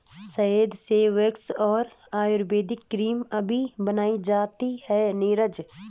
शहद से वैक्स और आयुर्वेदिक क्रीम अभी बनाए जाते हैं नीरज